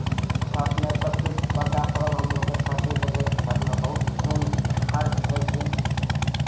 छठिमे सभसँ बड़का पर्व हमलोगके छठिए भेलै छठिमे बहुत धूम खर्च होइ छै